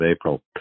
April